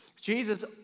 Jesus